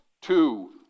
two